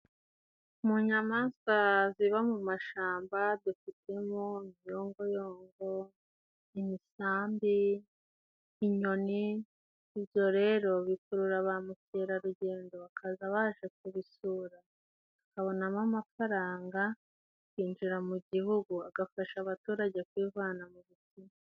Mu nyamaswa ziba mu mashamba dufitemo uruyongoyongo, imisambi, inyoni ibyo rero bikurura ba mukerarugendo bakaza baje kubisura akabonamo amafaranga binjira mu gihugu agafasha abaturage kwivana mu bukene.